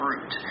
fruit